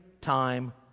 time